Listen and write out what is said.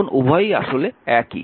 এখন উভয়ই আসলে একই